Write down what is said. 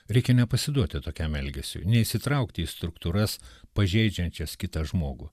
reikia nepasiduoti tokiam elgesiui neįsitraukti į struktūras pažeidžiančias kitą žmogų